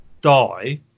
die